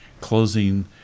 closing